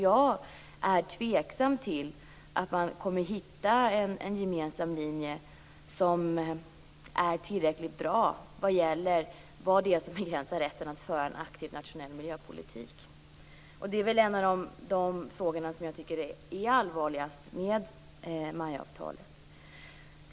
Jag är tveksam till att man kommer att hitta en gemensam linje som är tillräckligt bra när det gäller vad det är som begränsar rätten att föra en aktiv nationell miljöpolitik. Det är en av de frågor som jag tycker är allvarligast med MAI-avtalet.